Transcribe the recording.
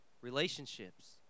relationships